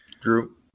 Drew